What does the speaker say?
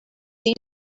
the